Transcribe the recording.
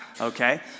okay